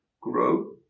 grow